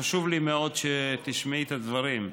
חשוב לי מאוד שתשמעי את הדברים.